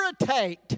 irritate